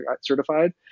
Certified